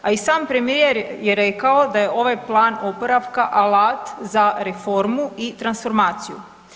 A i sam premijer je rekao da je ovaj plan oporavka alat za reformu i transformaciju.